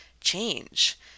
change